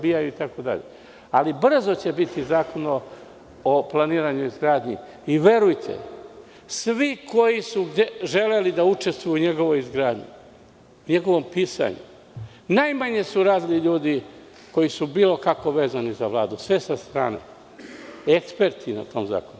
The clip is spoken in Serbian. Brzo će biti zakon o planiranju i izgradnji i verujte, svi koji su želeli da učestvuju u njegovoj izgradnji, u njegovom pisanju, najmanje su razni ljudi koji su bilo kako vezani za Vladu, sve su sa strane eksperti na tom zakonu.